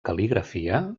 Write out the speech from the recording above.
cal·ligrafia